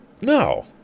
No